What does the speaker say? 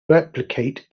replicate